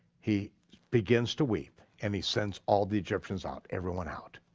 he begins to weep, and he sends all the egyptians out, everyone out,